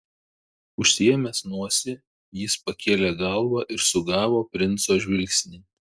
užsiėmęs nosį jis pakėlė galvą ir sugavo princo žvilgsnį